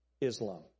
Islam